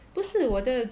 不是我的